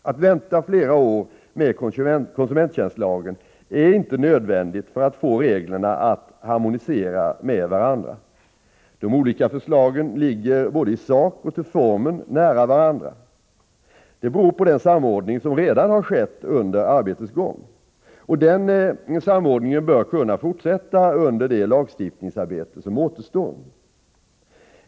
Att vänta flera år med konsumenttjänstlagen är inte nödvändigt för att få reglerna att harmoniera med varandra. De olika förslagen ligger både i sak och till formen nära varandra. Det beror på den samordning som redan har skett under arbetets gång. Och den samordningen bör kunna fortsätta under det lagstiftningsarbete som återstår.